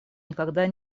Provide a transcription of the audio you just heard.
никогда